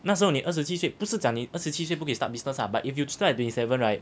那时候你二十七岁不是讲你二十七岁不可以 start business lah but if you at start twenty seven right